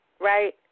Right